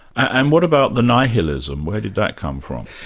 and what about the nihilism, where did that come from?